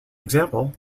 example